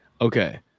Okay